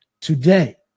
today